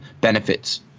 benefits